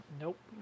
nope